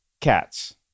cats